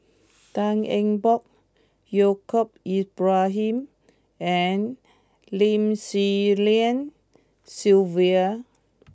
Tan Eng Bock Yaacob Ibrahim and Lim Swee Lian Sylvia